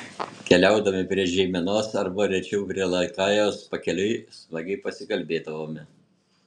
keliaudami prie žeimenos arba rečiau prie lakajos pakeliui smagiai pasikalbėdavome